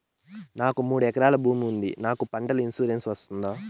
నాకు మూడు ఎకరాలు భూమి ఉంది నాకు పంటల ఇన్సూరెన్సు వస్తుందా?